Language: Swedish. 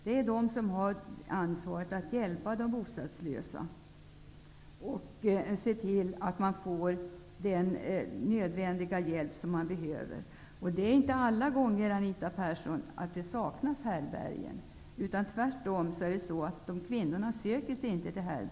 Det är kommunernas ansvar att hjälpa de bostadslösa och se till att de får den hjälp som de behöver. Det är inte alltid som det saknas härbärgen, men kvinnorna söker sig inte dit.